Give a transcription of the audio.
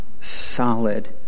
solid